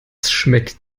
schmeckt